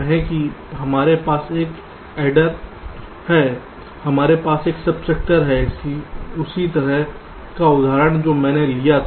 कहें कि हमारे पास एक एडर एडर है हमारे पास एक सबट्रैक्टर है उसी तरह का उदाहरण जो मैंने लिया था